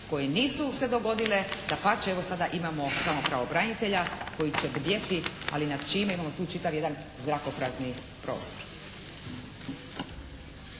koje nisu se dogodile. Dapače, sada imamo evo samo pravobranitelja koji će bdjeti ali nad čim, imamo tu čitav jedan zrakoprazni prostor.